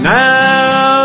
now